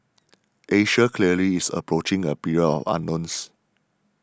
Asia clearly is approaching a period of unknowns